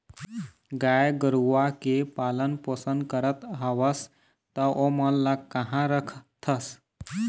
गाय गरुवा के पालन पोसन करत हवस त ओमन ल काँहा रखथस?